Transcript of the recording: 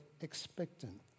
expectant